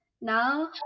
now